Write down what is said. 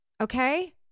okay